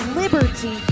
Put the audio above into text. liberty